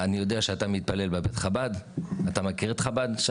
אני יודע שאתה מתפלל בבית חב"ד, אתה מכיר את חב"ד?